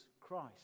Christ